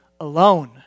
alone